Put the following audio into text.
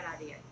idea